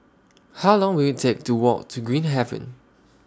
How Long Will IT Take to Walk to Green Haven